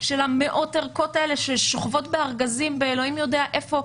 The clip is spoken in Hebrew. של מאות ערכות ששוכבות בארגזים אלוהים יודע איפה,